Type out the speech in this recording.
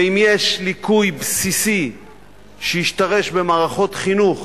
ואם יש ליקוי בסיסי שהשתרש במערכות חינוך,